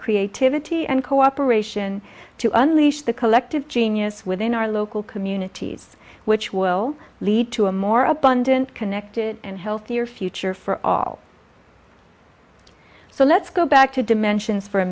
creativity and cooperation to unleash the collective genius within our local communities which will lead to a more abundant connected and healthier future for all so let's go back to dimensions for a